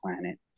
planet